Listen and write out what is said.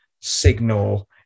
signal